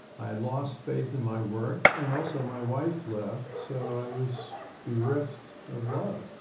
i lost faith in my work. and also my wife left, so i was bereft of love,